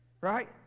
right